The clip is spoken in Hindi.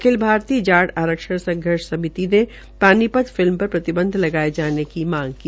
अखिल भारतीय जाट आरक्षण संघर्ष समिति ने पानीपत फिल्म पर प्रतिबंध लगाये जाने की मांग की